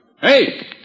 Hey